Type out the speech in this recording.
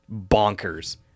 bonkers